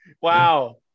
Wow